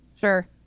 Sure